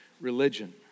religion